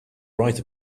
write